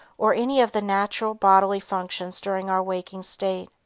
or any of the natural bodily functions during our waking state.